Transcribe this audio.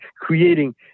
creating